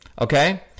Okay